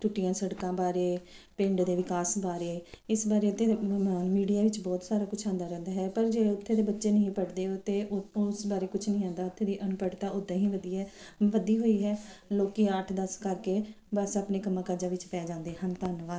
ਟੁੱਟੀਆਂ ਸੜਕਾਂ ਬਾਰੇ ਪਿੰਡ ਦੇ ਵਿਕਾਸ ਬਾਰੇ ਇਸ ਬਾਰੇ ਤੇ ਮੈਂ ਮੀਡੀਆ ਵਿੱਚ ਬਹੁਤ ਸਾਰਾ ਕੁਝ ਆਉਂਦਾ ਰਹਿੰਦਾ ਹੈ ਪਰ ਜੇ ਉੱਥੇ ਦੇ ਬੱਚੇ ਨੂੰ ਇਹ ਪੜ੍ਹਦੇ ਹੋ ਤੇ ਉਥੋਂ ਉਸ ਬਾਰੇ ਕੁਝ ਨਹੀਂ ਆਂਦਾ ਉੱਥੇ ਦੀ ਅਨਪੜਤਾ ਉਦਾਂ ਹੀ ਵਧੀਆ ਵਧੀ ਹੋਈ ਹੈ ਲੋਕੀ ਅੱਠ ਦਸ ਕਰਕੇ ਬਸ ਆਪਣੇ ਕੰਮਾਂ ਕਾਰਜਾ ਵਿੱਚ ਪੈ ਜਾਂਦੇ ਹਨ ਧੰਨਵਾਦ